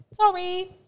sorry